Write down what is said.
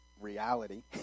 reality